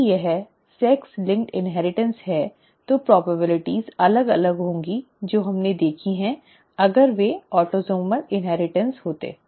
यदि यह sex linked inheritance है तो संभावनाएं अलग अलग होंगी जो हमने देखी हैं अगर वे ऑटोसोमल इनहेरिटेंस होते